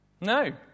No